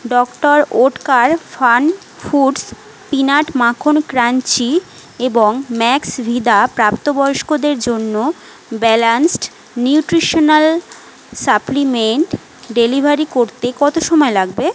doctor Oetker FunFoods peanut মাখন crunchy এবং Maxvida প্রাপ্তবয়স্কদের জন্য ব্যালেন্সড নিউট্রিশানাল সাপ্লিমেন্ট ডেলিভারি করতে কত সময় লাগবে